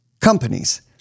companies